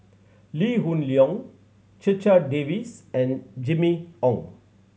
Lee Hoon Leong Checha Davies and Jimmy Ong